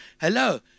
Hello